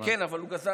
כן, אבל הוא גזל